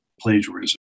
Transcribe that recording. plagiarism